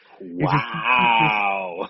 Wow